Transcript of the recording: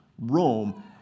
Rome